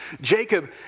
Jacob